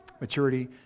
maturity